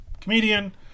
comedian